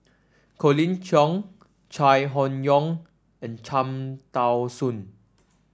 Colin Cheong Chai Hon Yoong and Cham Tao Soon